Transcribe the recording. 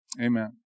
Amen